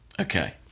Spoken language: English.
Okay